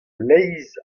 leizh